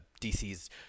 DC's